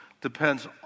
depends